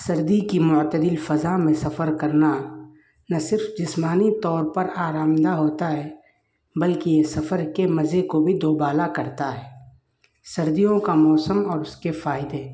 سردی کی معتدل فضا میں سفر کرنا نہ صرف جسمانی طور پر آرام دہ ہوتا ہے بلکہ سفر کے مزے کو بھی دوبالا کرتا ہے سردیوں کا موسم اور اس کے فائدے